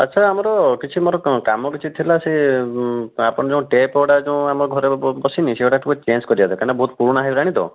ଆଚ୍ଛା ଆମର କିଛି ମୋର କାମ କିଛି ଥିଲା ସେ ଆପଣ ଯେଉଁ ଟ୍ୟାପ୍ଗୁଡ଼ା ଯେଉଁ ଆମ ଘରେ ବସିନି ସେଇଗୁଡ଼ାକୁ ଚେଞ୍ଜ କରିବା ଦରକାର କାରଣ ବହୁତ ପୁରୁଣା ହେଇଗଲାଣି ତ